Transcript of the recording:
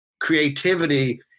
creativity